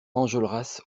enjolras